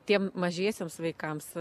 tiem mažiesiems vaikams